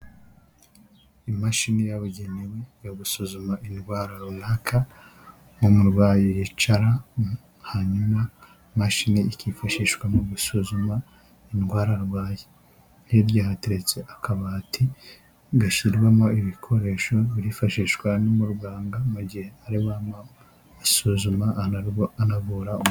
Imashini yababugenewe yo gusuzuma indwara runaka mu murwayi yicara hanyuma imashini ikifashishwa mu gusuzuma indwara arwaye hirya hateretse akabati gashyirwamo ibikoresho byifashishwa n'umuganga mu gihe ari gusuzuma .